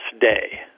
day